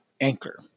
Anchor